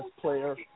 player